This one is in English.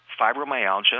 fibromyalgia